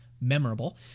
memorable